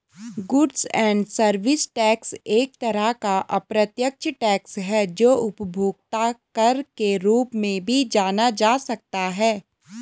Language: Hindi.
गुड्स एंड सर्विस टैक्स एक तरह का अप्रत्यक्ष टैक्स है जो उपभोक्ता कर के रूप में भी जाना जा सकता है